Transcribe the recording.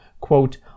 quote